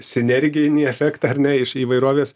sinerginį efektą ar ne iš įvairovės